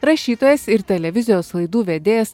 rašytojas ir televizijos laidų vedėjas